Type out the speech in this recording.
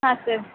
ಹಾಂ ಸರ್